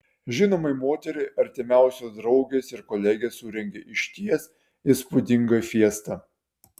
žinomai moteriai artimiausios draugės ir kolegės surengė išties įspūdingą fiestą